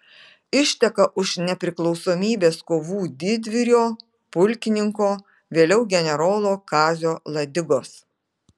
išteka už nepriklausomybės kovų didvyrio pulkininko vėliau generolo kazio ladigos